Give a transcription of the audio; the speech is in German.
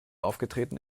aufgetreten